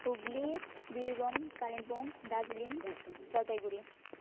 Hooghly Birbhum Kalimpong Darjeeling Jalpaiguri